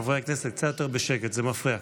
חברי הכנסת, קצת יותר בשקט, זה מפריע.